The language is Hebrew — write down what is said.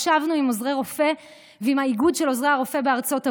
ישבנו עם עוזרי רופא ועם האיגוד של עוזרי הרופא בארצות הברית.